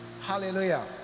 hallelujah